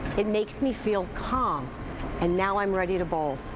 it makes me feel calm and now i'm ready to bowl.